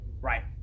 Right